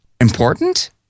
important